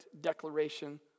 declaration